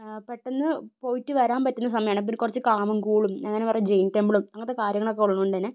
പെട്ടെന്ന് പോയിട്ട് വരാൻ പറ്റുന്ന സമയമാണ് പിന്നെ കുറച്ചു കാമ്മും കൂളും അങ്ങനെ കുറെ ജെയിൻ ടെമ്പിളും അങ്ങനത്ത കാര്യങ്ങളൊക്കെ ഉള്ളതുകൊണ്ട് തന്നെ